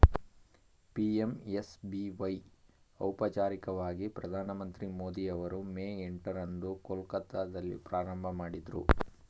PMSBY ಔಪಚಾರಿಕವಾಗಿ ಪ್ರಧಾನಮಂತ್ರಿ ಮೋದಿ ಅವರು ಮೇ ಎಂಟ ರಂದು ಕೊಲ್ಕತ್ತಾದಲ್ಲಿ ಪ್ರಾರಂಭಮಾಡಿದ್ರು